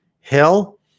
Hell